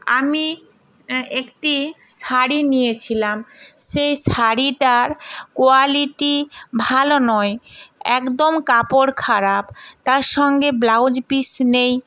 আমি একটি শাড়ি নিয়েছিলাম সেই শাড়িটার কোয়ালিটি ভালো নয় একদম কাপড় খারাপ তার সঙ্গে ব্লাউজ পিস নেই